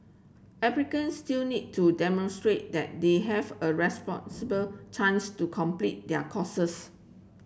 applicants still need to demonstrate that they have a responsible chance to complete their courses